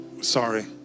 sorry